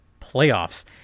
playoffs